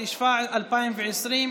התשפ"א 2020,